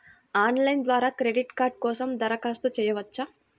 Online ద్వారా credit card కోసం దరఖాస్తు చేయవచ్చా?